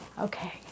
Okay